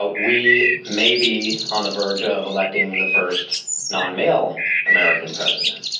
ah we may be on the verge of electing the first non-male american president.